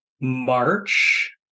March